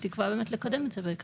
באמת בתקווה לקדם את זה בהקדם.